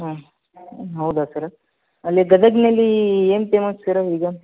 ಹ್ಞೂ ಹೌದಾ ಸರ್ ಅಲ್ಲಿ ಗದಗಿನಲ್ಲಿ ಏನು ಫೇಮಸ್ ಸರ್ ಈಗ